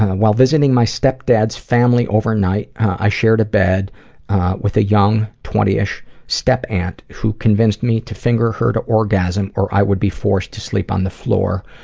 while visiting my stepdad's family overnight, i shared a bed with a young twenty-ish step aunt who convinced me to finger her to orgasm, or i would be forced to sleep on the floor,